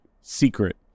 secret